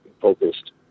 focused